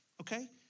Okay